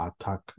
attack